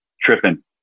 tripping